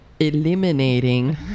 eliminating